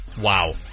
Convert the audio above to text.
Wow